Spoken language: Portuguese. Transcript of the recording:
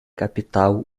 capital